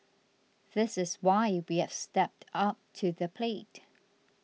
this is why we have stepped up to the plate